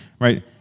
right